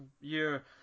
year